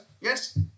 yes